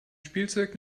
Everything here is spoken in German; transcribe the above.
spielzeug